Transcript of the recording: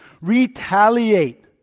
retaliate